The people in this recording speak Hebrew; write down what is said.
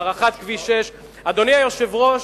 הארכת כביש 6. אדוני היושב-ראש,